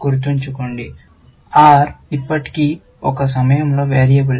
గుర్తుంచుకోండి R ఇప్పటికీ ఒక ఈ సమయంలో వేరియబుల్